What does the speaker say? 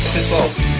Pessoal